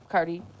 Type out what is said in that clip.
Cardi